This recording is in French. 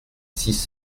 six